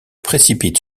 précipitent